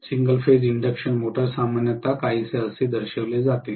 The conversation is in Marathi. सिंगल फेज इंडक्शन मोटर सामान्यतः काहीसे असे दर्शविले जाते